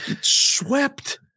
Swept